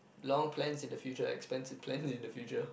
long plan in the future expensive plan in the future